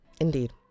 Indeed